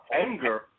anger